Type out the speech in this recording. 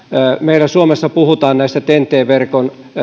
meillä suomessa puhutaan näistä ten t verkon